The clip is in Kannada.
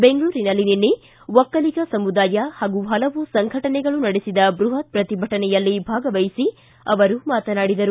ಬೆಂಗಳೂರಿನಲ್ಲಿ ನಿನ್ನೆ ಒಕ್ಕಲಿಗ ಸಮುದಾಯ ಹಾಗೂ ಹಲವು ಸಂಘಟನೆಗಳು ನಡೆಸಿದ ಬೃಹತ್ ಪ್ರತಿಭಟನೆಯಲ್ಲಿ ಭಾಗವಹಿಸಿ ಅವರು ಮಾತನಾಡಿದರು